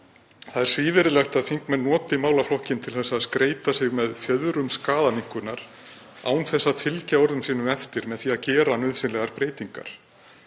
Það er svívirðilegt að þingmenn noti málaflokkinn til að skreyta sig með fjöðrum skaðaminnkunar án þess að fylgja orðum sínum eftir með því að gera nauðsynlegar breytingar.